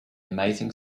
amazing